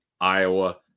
Iowa